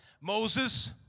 Moses